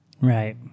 Right